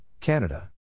Canada